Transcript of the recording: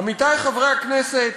עמיתי חברי הכנסת,